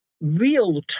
real